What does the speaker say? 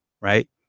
right